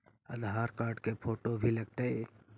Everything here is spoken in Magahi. आधार कार्ड के फोटो भी लग तै?